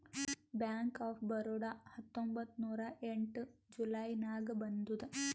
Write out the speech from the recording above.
bank of Baroda ಹತ್ತೊಂಬತ್ತ್ ನೂರಾ ಎಂಟ ಜುಲೈ ನಾಗ್ ಬಂದುದ್